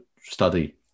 study